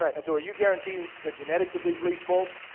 right. and so are you guaranteeing the genetics of these leased bulls.